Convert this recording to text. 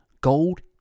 Gold